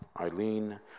Eileen